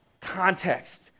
context